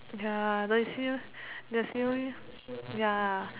ya the C the C_O_E ya